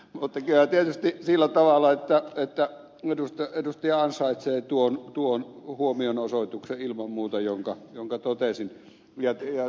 mutta kyllä on tietysti sillä tavalla että edustaja ansaitsee tuon huomionosoituksen ilman muuta jonka totesin